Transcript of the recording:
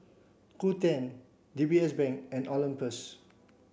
Qoo ten D B S Bank and Olympus